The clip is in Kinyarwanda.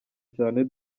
cyane